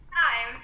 Hi